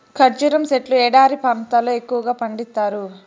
ఖర్జూరం సెట్లు ఎడారి ప్రాంతాల్లో ఎక్కువగా పండిత్తారు